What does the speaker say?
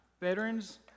Veterans